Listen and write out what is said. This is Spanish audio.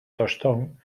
tostón